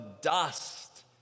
dust